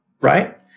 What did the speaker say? Right